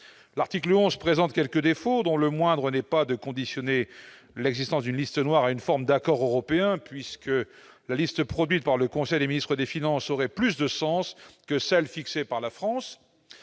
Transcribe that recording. L'article 11 présente quelques défauts, dont le moindre n'est pas de conditionner l'existence d'une liste noire à une forme d'accord européen, puisque la liste produite par le conseil des ministres des finances aurait plus de sens que celle que le travail